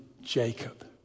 Jacob